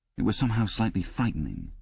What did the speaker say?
it was somehow slightly frightening,